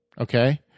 okay